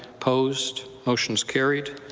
opposed. motion is carried.